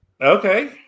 Okay